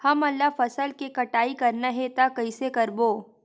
हमन ला फसल के कटाई करना हे त कइसे करबो?